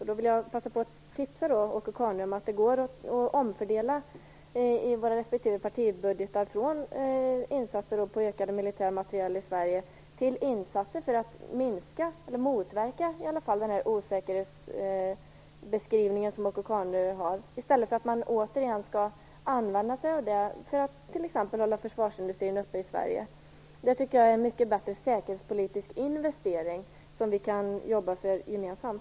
Jag vill då passa på att tipsa Åke Carnerö att det går att omfördela i våra respektive partibudgetar från insatser på ökade militär materiel i Sverige till insatser för att motverka den osäkerhetsbeskrivning som Åke Carnerö gör, i stället för att man återigen skall använda sig av det för att t.ex. hålla försvarsindustrin uppe i Sverige. Det tycker jag är en mycket bättre säkerhetspolitisk investering som vi kan jobba för gemensamt.